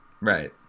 right